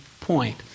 point